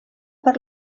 per